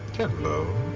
hello,